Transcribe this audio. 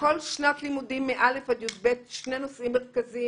לכל שנת לימודים מ-א' עד י"ב שני נושאים מרכזיים